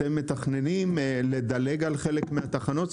אתם מתכננים לדלג על חלק מהתחנות?